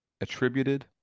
attributed